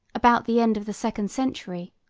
about the end of the second century,